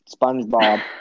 SpongeBob